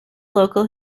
local